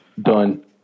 Done